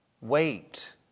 Wait